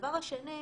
והדבר השני,